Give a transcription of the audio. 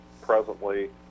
presently